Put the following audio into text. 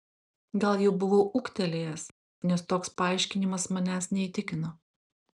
gal jau buvau ūgtelėjęs nes toks paaiškinimas manęs neįtikino